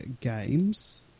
games